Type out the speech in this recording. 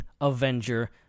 Avenger